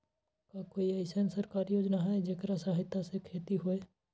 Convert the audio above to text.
का कोई अईसन सरकारी योजना है जेकरा सहायता से खेती होय?